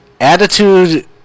attitude